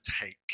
take